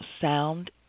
sound